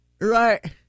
right